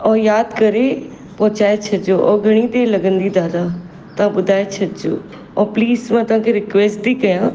और यादि करे पहुचाए छॾिजो और घणी देरि लॻंदी दादा तव्हां ॿुधाए छॾिजो और प्लीस मां तव्हांखे रिक्वेस्ट थी कयां